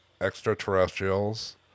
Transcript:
extraterrestrials